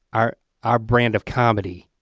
our our brand of comedy,